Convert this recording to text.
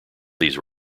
these